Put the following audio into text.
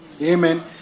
Amen